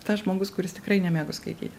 tas žmogus kuris tikrai nemėgo skaityti